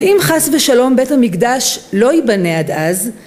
אם חס ושלום בית המקדש לא ייבנה עד אז